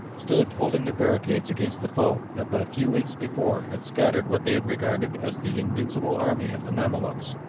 stood holding their barricades against the foe that but a few weeks before had scattered what they had regarded as the invincible army of the mamaluks.